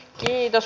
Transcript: puhemies